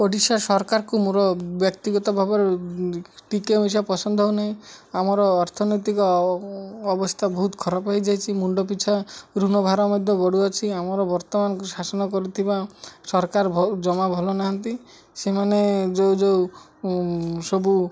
ଓଡ଼ିଶା ସରକାରକୁ ମୋର ବ୍ୟକ୍ତିଗତ ଭାବରେ ଟିକେ ମିଶା ପସନ୍ଦ ହଉ ନାହିଁ ଆମର ଅର୍ଥନୈତିକ ଅବସ୍ଥା ବହୁତ ଖରାପ ହେଇଯାଇଛିି ମୁଣ୍ଡ ପିଛା ଋଣଭାର ମଧ୍ୟ ବଢ଼ୁ ଅଛି ଆମର ବର୍ତ୍ତମାନ ଶାସନ କରୁଥିବା ସରକାର ଜମା ଭଲ ନାହାନ୍ତି ସେମାନେ ଯେଉଁ ଯେଉଁ ସବୁ